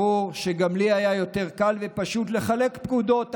ברור שגם לי היה יותר קל ופשוט לחלק פקודות,